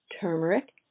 turmeric